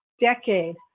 decade